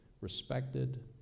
respected